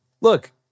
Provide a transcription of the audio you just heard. look